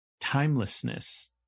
timelessness